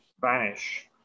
vanish